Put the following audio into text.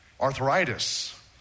arthritis